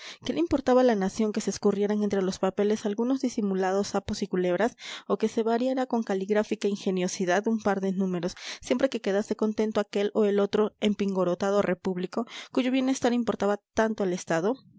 qué le importaba a la nación que se escurrieran entre los papeles algunos disimulados sapos y culebras o que se variara con caligráfica ingeniosidad un par de números siempre que quedase contento aquel o el otro empingorotado repúblico cuyo bienestar importaba tanto al estado